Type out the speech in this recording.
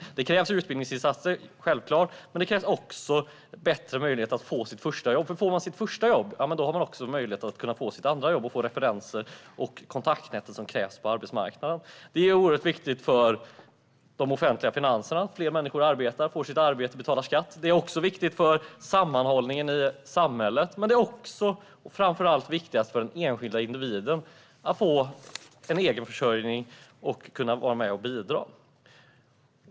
Självklart krävs det utbildningsinsatser, men det krävs också bättre möjligheter att få ett första jobb. Får man sitt första jobb har man nämligen möjlighet att få sitt andra jobb och få referenser och det kontaktnät som krävs på arbetsmarknaden. Det är oerhört viktigt för de offentliga finanserna att fler människor arbetar och betalar skatt, och det är viktigt för sammanhållningen i samhället. Men det är framför allt viktigt för den enskilda individen att få en egen försörjning och kunna vara med och bidra.